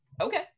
okay